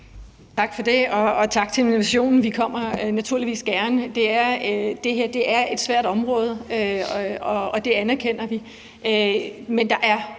Tak for det, og tak for invitationen. Vi kommer naturligvis gerne. Det her er et svært område, og det anerkender vi, men der er